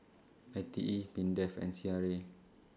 I T E Mindef and C R A